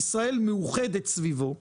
כי מאז השבוע השני של הכנסת,